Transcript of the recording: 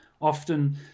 often